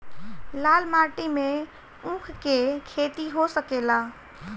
लाल माटी मे ऊँख के खेती हो सकेला?